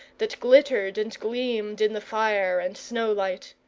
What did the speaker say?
that glittered and gleamed in the fire and snow light.